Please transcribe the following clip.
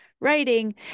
writing